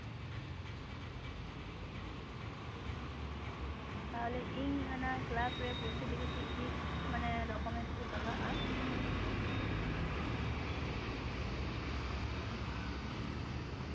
ᱛᱟᱦᱞᱮ ᱤᱧ ᱚᱱᱟ ᱠᱞᱟᱵᱽ ᱨᱮ ᱵᱷᱩᱨᱛᱤᱜ ᱞᱟᱹᱜᱤᱫ ᱪᱮᱫ ᱪᱮᱫ ᱰᱚᱠᱩᱢᱮᱱᱥ ᱠᱚ ᱞᱟᱜᱟᱜᱼᱟ